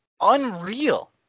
Unreal